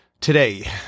Today